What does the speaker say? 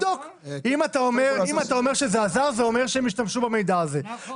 אם אתה אומר שזה עזר זה אומר שהם השתמשו במידע הזה -- נכון.